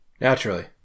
naturally